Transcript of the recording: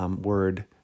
word